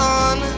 on